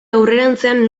aurrerantzean